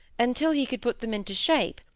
until he could put them into shape,